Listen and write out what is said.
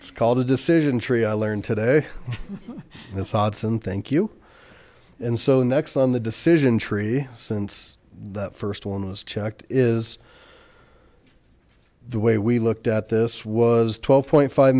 it's called the decision tree i learned today in sobs and thank you and so next on the decision tree since the first one was checked is the way we looked at this was twelve point five